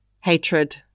Hatred